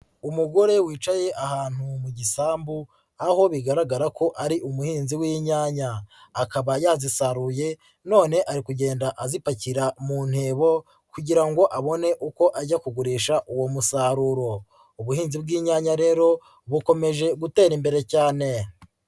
Umugore wicaye ahantu mu gisambu aho bigaragara ko ari umuhinzi w'inyanya, akaba yazisaruye none ari kugenda azipakira mu ntebo kugira ngo abone uko ajya kugurisha uwo musaruro, ubuhinzi bw'inyanya rero bukomeje gutera imbere cyane.